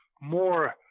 more